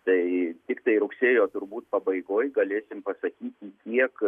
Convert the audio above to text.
tai tiktai rugsėjo turbūt pabaigoj galėsim pasakyti kiek